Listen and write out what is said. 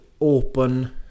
open